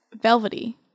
velvety